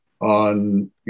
on